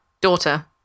daughter